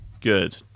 good